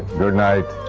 goodnight.